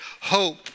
hope